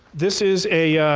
this is a